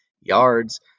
yards